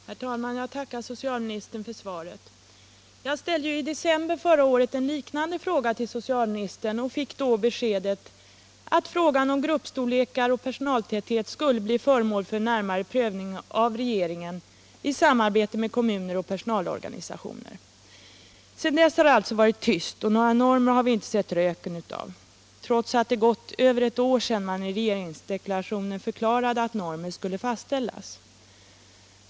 Herr talman! Jag tackar socialministern för svaret. I december förra året ställde jag en liknande fråga till socialministern och fick då beskedet att frågan omgruppstorlekaroch personaltäthet skulle bli föremål för närmare prövning av regeringen i samarbete med kommuner och personalorganisationer. Sedan dess har det alltså varit tyst, och några normer har vi inte sett röken av, trots att det gått över ett år sedan man i regeringsdeklarationen förklarade att normer skulle fastställas.